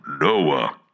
Noah